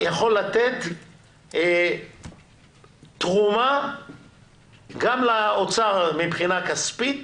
יכול לתת תרומה גם לאוצר מבחינה כספית,